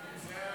ההצעה